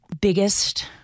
biggest